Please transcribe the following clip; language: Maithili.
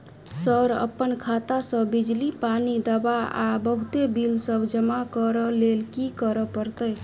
सर अप्पन खाता सऽ बिजली, पानि, दवा आ बहुते बिल सब जमा करऽ लैल की करऽ परतै?